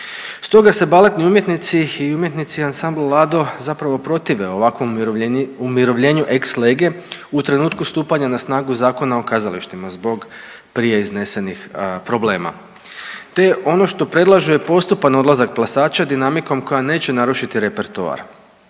Stoga se baletni umjetnici i umjetnici ansambla Lado zapravo protive ovakvom umirovljenju ex lege u trenutku stupanja na snagu Zakona o kazalištima zbog prije iznesenih problema, te ono što predlažu je postupan odlazak plesača dinamikom koja neće narušiti repertoar.